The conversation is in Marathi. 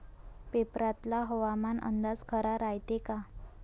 पेपरातला हवामान अंदाज खरा रायते का?